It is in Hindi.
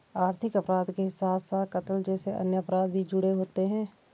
आर्थिक अपराध के साथ साथ कत्ल जैसे अन्य अपराध भी जुड़े होते हैं